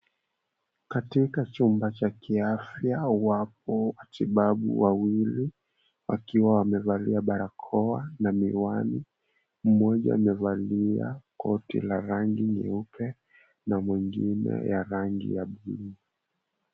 Katika chumba cha kiafya wapo watibabu wawili wakiwa wamevalia barakoa na miwani mmoja amevalia koti la rangi nyeupe na mwingine ya rangi ya buluu.